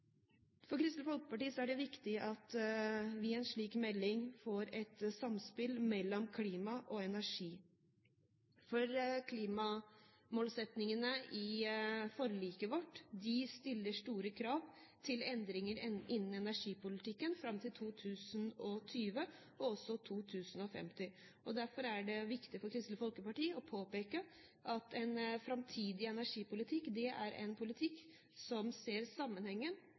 For Kristelig Folkeparti er det viktig at vi i en slik melding får et samspill mellom klima og energi, for målsettingene i klimaforliket stiller store krav til endringer innen energipolitikken fram til 2020 og også 2050. Derfor er det viktig for Kristelig Folkeparti å påpeke at en framtidig energipolitikk er en politikk som ser sammenhengen